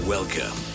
Welcome